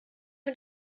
mit